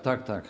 Tak, tak.